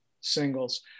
singles